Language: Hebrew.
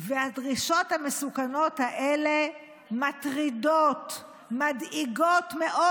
והדרישות המסוכנות האלה מטרידות, מדאיגות מאוד.